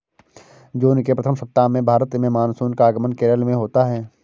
जून के प्रथम सप्ताह में भारत में मानसून का आगमन केरल में होता है